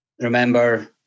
Remember